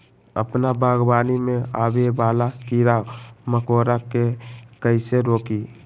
अपना बागवानी में आबे वाला किरा मकोरा के कईसे रोकी?